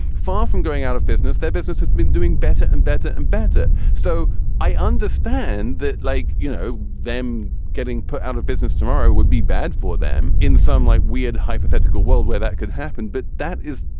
far from going out of business their business has been doing better and better and better. so i understand that like you know them getting put out of business tomorrow would be bad for them in some like weird hypothetical world where that could happen but that is.